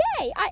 Yay